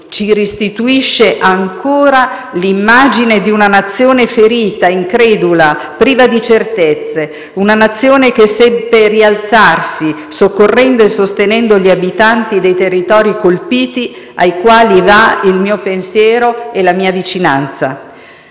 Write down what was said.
ci restituisce ancora l'immagine di una Nazione ferita, incredula, priva di certezze. Una Nazione che seppe rialzarsi, soccorrendo e sostenendo gli abitanti dei territori colpiti, ai quali vanno il mio pensiero e la mia vicinanza.